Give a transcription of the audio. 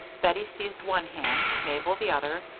bettie seized one hand, mabel the other,